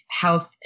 health